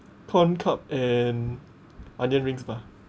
corn cup and onion rings bah